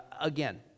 again